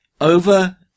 Over